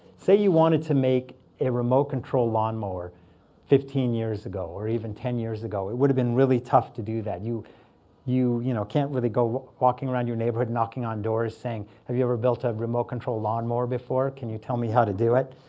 say you wanted to make a remote control lawnmower fifteen years ago or even ten years ago. it would have been really tough to do that. you you you know can't really go walking around your neighborhood knocking on doors saying, have you ever built a remote control lawnmower before? can you tell me how to do it?